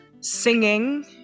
Singing